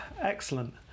Excellent